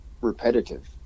repetitive